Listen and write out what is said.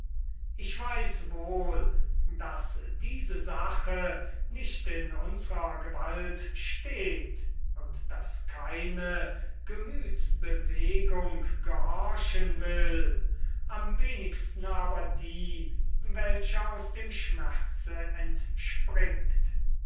ich weiß wohl daß diese sache nicht in unsrer gewalt steht und daß keine gemüthsbewegung gehorchen will am wenigsten aber die welche aus dem schmerze entspringt